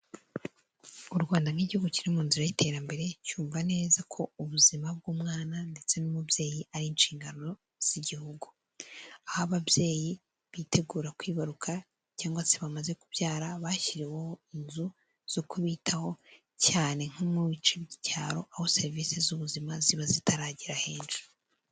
U Rwanda nk'Igihugu kiri mu nzira y'iterambere, cyumva neza ko ubuzima bw'umwana ndetse n'umubyeyi ari inshingano z'Igihugu. aho ababyeyi bitegura kwibaruka, cyangwa se bamaze kubyara, bashyiriweho inzu zo kubitaho, cyane nko mu bice by'icyaro aho serivisi z'ubuzima ziba zitaragera henshi.